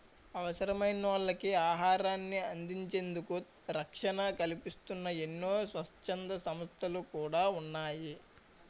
అవసరమైనోళ్ళకి ఆహారాన్ని అందించేందుకు రక్షణ కల్పిస్తూన్న ఎన్నో స్వచ్ఛంద సంస్థలు కూడా ఉన్నాయి